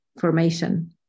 formation